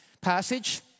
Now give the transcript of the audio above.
passage